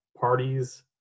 parties